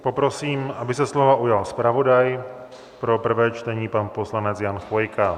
Poprosím, aby se slova ujal zpravodaj pro prvé čtení pan poslanec Jan Chvojka.